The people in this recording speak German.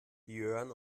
björn